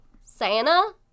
Santa